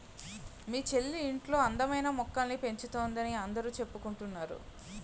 మీ చెల్లి ఇంట్లో అందమైన మొక్కల్ని పెంచుతోందని అందరూ చెప్పుకుంటున్నారు